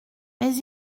mais